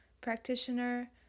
practitioner